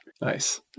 Nice